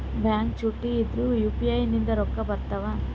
Bank ಚುಟ್ಟಿ ಇದ್ರೂ UPI ನಿಂದ ರೊಕ್ಕ ಬರ್ತಾವಾ?